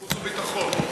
חוץ וביטחון.